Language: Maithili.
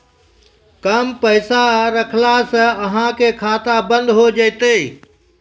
कम पैसा रखला से अहाँ के खाता बंद हो जैतै?